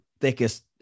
thickest